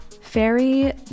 fairy